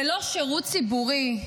ללא שירות ציבורי,